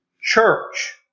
church